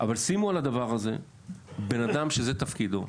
אבל שימו על הדבר הזה בן אדם שזה תפקידו.